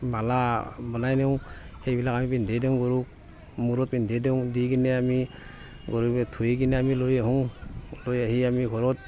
মালা বনাই দিওঁ সেইবিলাক আমি পিন্ধাই দিওঁ গৰুক মূৰত পিন্ধাই দিওঁ দি কিনে আমি গৰুক ধুই কিনে আমি লৈ আহোঁ লৈ আহি আমি ঘৰত